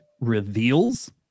reveals